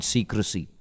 Secrecy